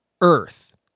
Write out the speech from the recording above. earth